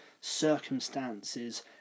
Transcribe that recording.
circumstances